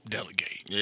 Delegate